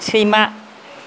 सैमा